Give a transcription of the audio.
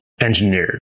engineered